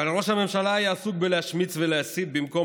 אבל ראש הממשלה היה עסוק בלהשמיץ ולהסית במקום